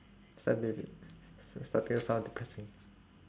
starting to s~ starting to sound depressing